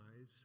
eyes